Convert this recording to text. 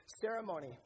ceremony